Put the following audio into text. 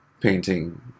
painting